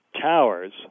towers